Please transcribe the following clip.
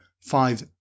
five